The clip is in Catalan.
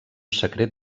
secret